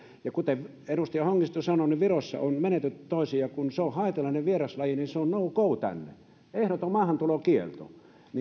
ja kaikki kuten edustaja hongisto sanoi virossa on menetelty toisin ja kun se on haitallinen vieraslaji niin se on no go tänne ehdoton maahantulokielto